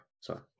sorry